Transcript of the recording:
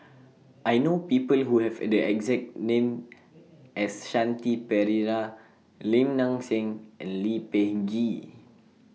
I know People Who Have The exact name as Shanti Pereira Lim Nang Seng and Lee Peh Gee